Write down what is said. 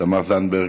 תמר זנדברג,